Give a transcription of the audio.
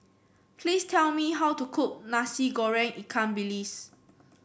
please tell me how to cook Nasi Goreng Ikan Bilis